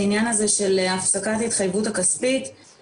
זה צריך להפנות גם לשם ויש לכם את הקשר איתם כדי להגיד גם להם 'חברים,